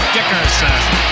Dickerson